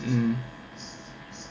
hmm